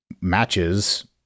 matches